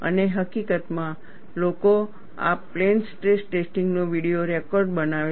અને હકીકતમાં લોકો આ પ્લેન સ્ટ્રેસ ટેસ્ટિંગનો વીડિયો રેકોર્ડ બનાવે છે